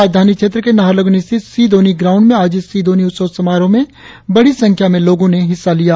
राजधानी क्षेत्र के नाहरलगुन स्थित सी दोन्यी ग्राउंड में आयोजित सी दोन्यी उत्सव समारोह में बड़ी संख्या में लोगों ने हिस्सा लिया